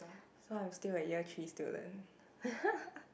so I'm still a year three student